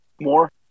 more